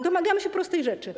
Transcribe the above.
Domagamy się prostej rzeczy.